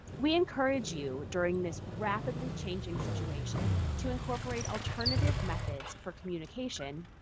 we encourage you during this rapidly changing situation to incorporate alternative methods for communication,